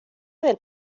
del